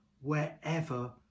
wherever